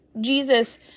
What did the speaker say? Jesus